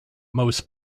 most